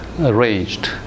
arranged